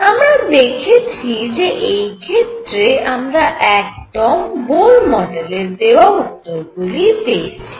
আমরা দেখেছি যে এই ক্ষেত্রে আমরা একদম বোর মডেলের দেওয়া উত্তরগুলিই পেয়েছি